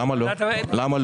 למה לא?